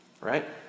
Right